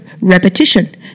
Repetition